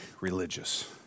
religious